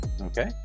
Okay